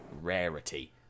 rarity